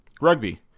Rugby